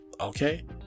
Okay